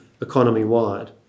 economy-wide